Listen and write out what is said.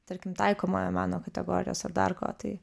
tarkim taikomojo meno kategorijos ar dar ko tai